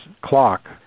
clock